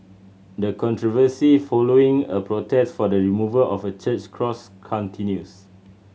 the controversy following a protest for the removal of a church's cross continues